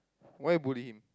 why you bully him